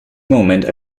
moment